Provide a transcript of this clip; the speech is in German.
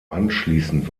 anschließend